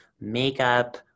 makeup